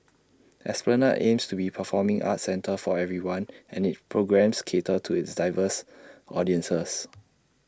esplanade aims to be A performing arts centre for everyone and its programmes cater to its diverse audiences